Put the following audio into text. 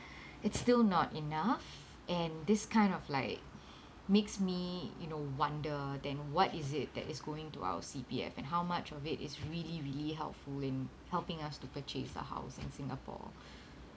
it's still not enough and this kind of like makes me you know wonder then what is it that is going to our C_P_F and how much of it is really really helpful in helping us to purchase a house in singapore